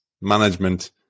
management